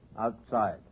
Outside